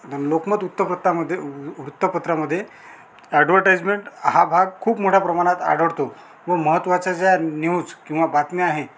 लोकमत वूत्तपत्तामध्ये वृ वृत्तपत्रामध्ये ॲड्वर्टाइजमेण्ट हा भाग खूप मोठ्या प्रमाणात आढळतो व महत्वाच्या ज्या न्यूज किंवा बातम्या आहे